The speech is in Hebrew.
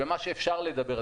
במה שאפשר לדבר,